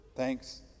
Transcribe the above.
Thanks